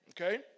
okay